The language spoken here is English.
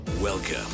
Welcome